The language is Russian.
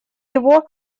его